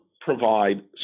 provide